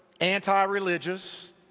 anti-religious